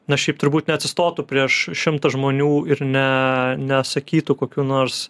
na šiaip turbūt neatsistotų prieš šimtą žmonių ir ne nesakytų kokių nors